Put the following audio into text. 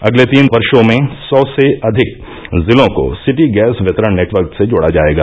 अगले तीन वर्षो में सौ से अधिक जिलों को सिटी गैस वितरण नेटवर्क से जोड़ा जायेगा